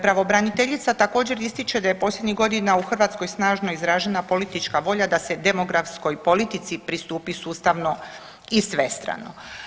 Pravobraniteljica također ističe da je posljednjih godina u Hrvatskoj snažno izražena politička volja da se demografskoj politici pristupi sustavno i svestrano.